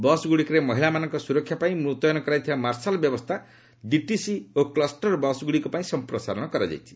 ବସ୍ଗୁଡ଼ିକରେ ମହିଳାମାନଙ୍କ ସୁରକ୍ଷା ପାଇଁ ମୁତୟନ କରାଯାଇଥିବା ମାର୍ଶାଲ ବ୍ୟବସ୍ଥା ଡିଟିସି ଓ କ୍ଲଷ୍ଟର ବସ୍ଗୁଡ଼ିକ ପାଇଁ ସଂପ୍ରସାରଣ କରାଯାଇଛି